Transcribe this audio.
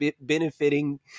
benefiting